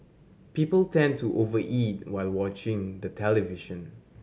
people tend to over eat while watching the television